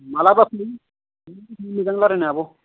मालाबा फै मोजां रायलायनो आब'